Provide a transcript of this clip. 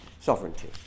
sovereignty